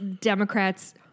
Democrats